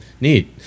neat